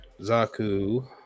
Zaku